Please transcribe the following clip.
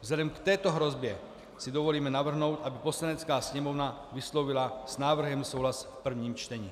Vzhledem k této hrozbě si dovolím navrhnout, aby Poslanecká sněmovna vyslovila s návrhem souhlas v prvním čtení.